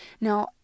Now